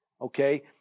Okay